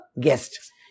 guest